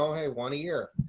hey one a year.